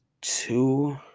two